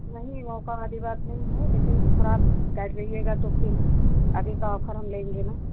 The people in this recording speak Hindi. नहीं मौका वाली बात नहीं है लेकिन थोड़ा आप टाइट रहिएगा तो फ़िर आगे का ऑफर हम लेंगे ना